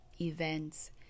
events